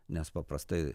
nes paprastai